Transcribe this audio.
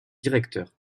directeurs